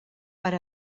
per